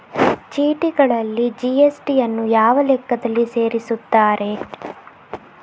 ಚೀಟಿಗಳಲ್ಲಿ ಜಿ.ಎಸ್.ಟಿ ಯನ್ನು ಯಾವ ಲೆಕ್ಕದಲ್ಲಿ ಸೇರಿಸುತ್ತಾರೆ?